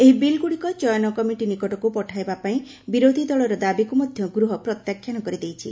ଏହି ବିଲ୍ଗୁଡିକୁ ଚୟନ କମିଟି ନିକଟକୁ ପଠାଇବା ପାଇଁ ବିରୋଧୀ ଦଳର ଦାବିକୁ ମଧ୍ୟ ଗୃହ ପ୍ରତ୍ୟାଖ୍ୟାନ କରିଦେଇଛି